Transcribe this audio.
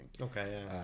okay